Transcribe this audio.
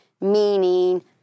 meaning